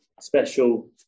special